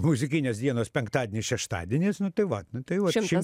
muzikinės dienos penktadienis šeštadienis nu tai va nu tai va šimtas